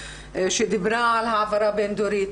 שדיברה על העברה בין דורית.